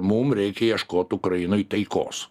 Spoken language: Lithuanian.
mum reikia ieškot ukrainai taikos